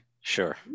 Sure